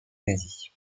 nazie